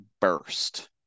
burst